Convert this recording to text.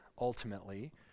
ultimately